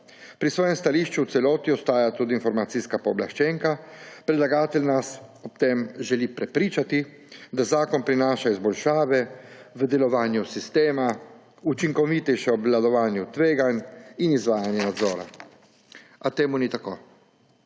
Pri svojem stališču v celoti ostaja tudi informacijska pooblaščenka. Predlagatelj nas ob tem želi prepričati, da zakon prinaša izboljšave v delovanju sistema, učinkovitejše obvladovanje tveganj in izvajanje nadzora. A to ni tako.